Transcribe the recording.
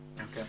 Okay